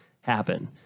happen